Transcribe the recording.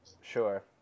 Sure